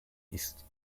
ist